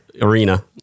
arena